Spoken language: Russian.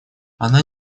она